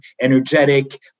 energetic